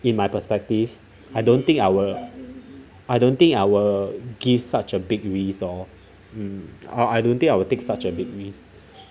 in my perspective I don't think I will I don't think I will give such a big risk or I don't think I will take such a big risk